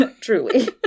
Truly